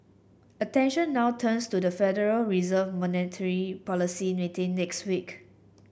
attention now turns to the Federal Reserve monetary policy next week